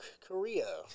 Korea